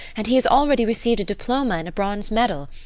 and he has already received a diploma and a bronze medal.